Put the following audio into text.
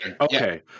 okay